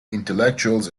intellectuals